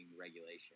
regulation